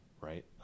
right